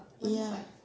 ya